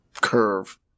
curve